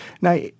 Now